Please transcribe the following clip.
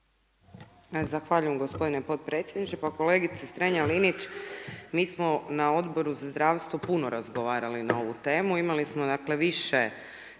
Zahvaljujem gospodine potpredsjedniče. Pa kolegice Strenja-Linić mi smo na Odboru za zdravstvo puno razgovarali na ovu temu. Imali smo dakle više